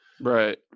Right